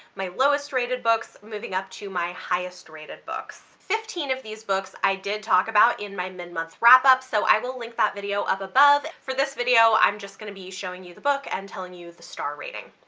my lowest rated books, moving up to my highest rated books. fifteen of these books i did talk about in my mid-month wrap up so i will link that video up above. for this video i'm just going to be showing you the book and telling you the star rating.